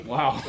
Wow